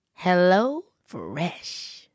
HelloFresh